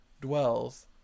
dwells